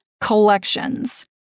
collections